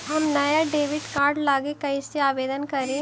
हम नया debit card लागी कईसे आवेदन करी?